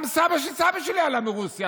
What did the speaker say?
גם סבא של סבא שלי עלה מרוסיה.